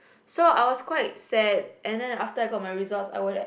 so I was quite sad and then after I got my results I would